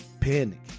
panic